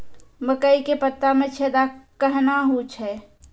मकई के पत्ता मे छेदा कहना हु छ?